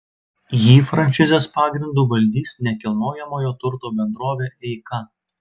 jį franšizės pagrindu valdys nekilnojamojo turto bendrovė eika